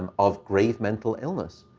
um of grave mental illness.